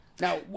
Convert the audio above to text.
Now